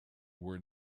were